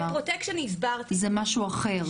זה משהו אחר.